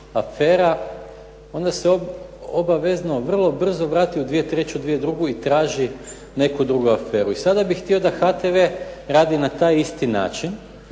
onda se obavezno vrlo brzo vrati u 2003., 2002. i traži neku drugu aferu. I sada bi htio da HTV radi na taj isti način